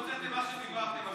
הוצאתם מה שדיברתם,